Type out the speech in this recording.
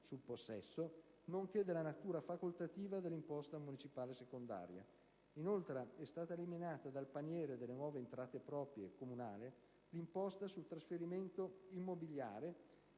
municipale propria (sul possesso), nonché della natura facoltativa dell'imposta municipale secondaria. Inoltre, è stata eliminata dal paniere delle nuove entrate proprie comunali l'imposta sul trasferimento immobiliare,